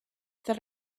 that